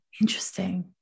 Interesting